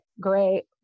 great